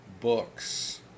books